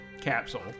capsule